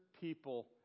people